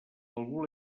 algú